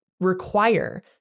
require